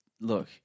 Look